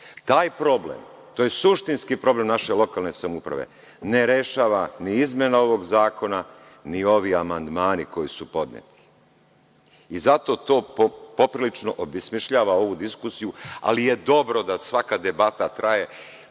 problem, to je suštinski problem naše lokalne samouprave, ne rešava ni izmenama ovog zakona, ni ovi amandmani koji su podneti. Zato to poprilično obesmišljava ovu diskusiju, ali je dobro da svaka debata traje